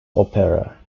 opera